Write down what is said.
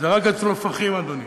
זה רק הצלופחים, אדוני.